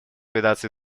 ликвидации